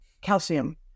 calcium